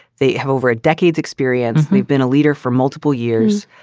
they have over a decades experience. we've been a leader for multiple years.